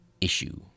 issue